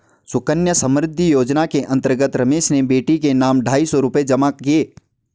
सुकन्या समृद्धि योजना के अंतर्गत रमेश ने बेटी के नाम ढाई सौ रूपए जमा किए